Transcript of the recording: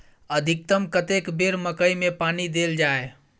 अधिकतम कतेक बेर मकई मे पानी देल जाय?